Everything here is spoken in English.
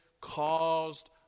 caused